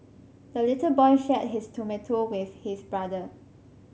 the little boy shared his tomato with his brother